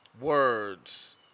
words